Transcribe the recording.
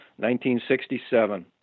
1967